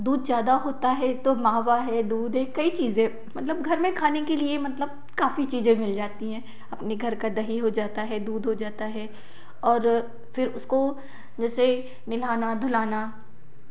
दूध ज़्यादा होता होता है तो मावा है दूध है कई चीज़ें मतलब घर में खाने के लिए मतलब काफ़ी चीज़ें मिल जाती हैं अपने घर का दही हो जाता है दूध हो जाता है और फिर उसको जैसे नहलाना धुलाना